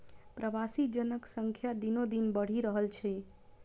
प्रवासी जनक संख्या दिनोदिन बढ़ि रहल अछि